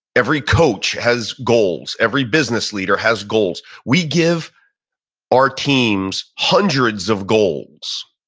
every coach has goals. every business leader has goals. we give our teams hundreds of goals,